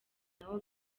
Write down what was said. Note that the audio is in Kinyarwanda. nawo